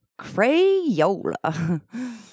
Crayola